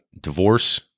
divorce